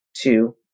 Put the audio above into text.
two